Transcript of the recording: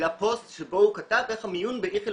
העלה פוסט שבו הוא כתב איך המיון באיכילוב